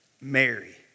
Mary